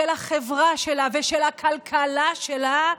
של החברה שלה ושל הכלכלה שלה,